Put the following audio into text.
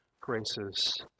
graces